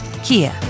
Kia